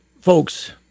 Folks